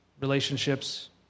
relationships